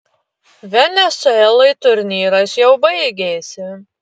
venesuelai turnyras jau baigėsi